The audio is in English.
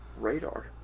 radar